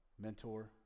mentor